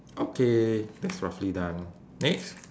okay that's roughly done next